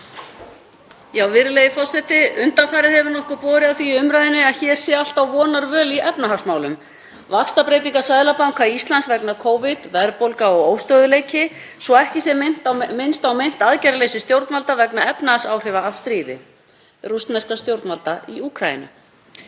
Virðulegi forseti. Undanfarið hefur nokkuð borið á því í umræðunni að hér sé allt á vonarvöl í efnahagsmálum. Vaxtabreytingar Seðlabanka Íslands vegna Covid, verðbólga og óstöðugleiki, svo að ekki sé minnst á aðgerðaleysi stjórnvalda vegna efnahagsáhrifa af stríði rússneskra stjórnvalda í Úkraínu.